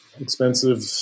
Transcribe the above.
expensive